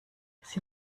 sie